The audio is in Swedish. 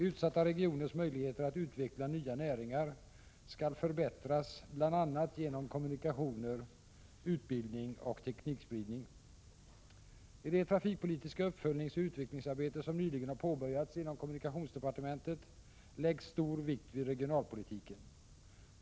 Utsatta regioners möjligheter att utveckla nya näringar skall förbättras, bl.a. genom kommunikationer, utbildning och teknikspridning”. I det trafikpolitiska uppföljningsoch utvecklingsarbete som nyligen har påbörjats inom kommunikationsdepartementet läggs stor vikt vid regionalpolitiken.